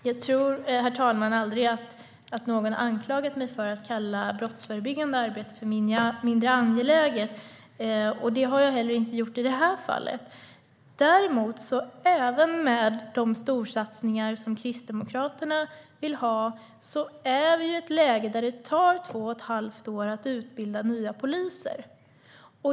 Herr talman! Jag tror aldrig att någon har anklagat mig för att kalla brottsförebyggande arbete för mindre angeläget. Det har jag heller inte gjort i detta fall. Men även med de storsatsningar som Kristdemokraterna vill ha är vi i ett läge där det tar två och ett halvt år att utbilda nya poliser.